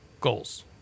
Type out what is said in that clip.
goals